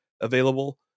available